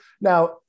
now